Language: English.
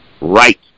right